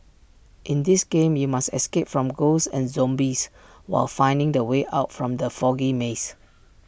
in this game you must escape from ghosts and zombies while finding the way out from the foggy maze